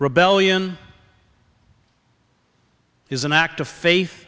rebellion is an act of faith